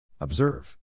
Observe